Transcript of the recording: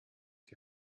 die